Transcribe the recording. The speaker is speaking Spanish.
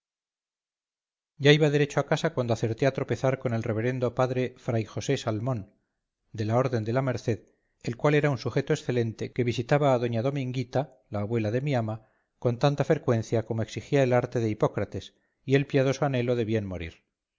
ya iba derecho a casa cuando acerté a tropezar con el reverendo padre fray josé salmón de la orden de la merced el cual era un sujeto excelente que visitaba a doña dominguita la abuela de mi ama con tanta frecuencia como exigían el arte de hipócrates y el piadoso anhelo de bien morir